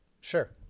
Sure